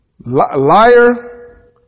Liar